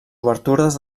obertures